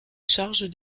charge